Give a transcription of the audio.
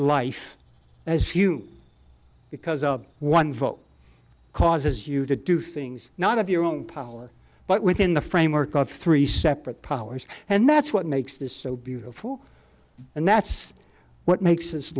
life as you because up one vote causes you to do things not of your own power but within the framework of three separate powers and that's what makes this so beautiful and that's what makes